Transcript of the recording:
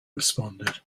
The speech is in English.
responded